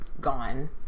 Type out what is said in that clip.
gone